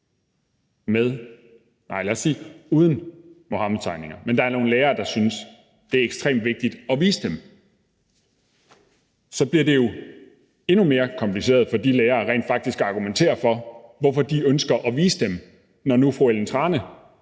uden Muhammedtegninger, men der så er nogle lærere, der synes, det er ekstremt vigtigt at vise dem, så bliver det jo endnu mere kompliceret for de lærere rent faktisk at argumentere for, hvorfor de ønsker at vise dem, altså når nu fru Ellen Trane